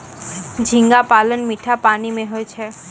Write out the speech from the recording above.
झींगा पालन मीठा पानी मे होय छै